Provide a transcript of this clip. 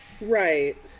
right